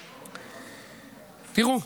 תראו,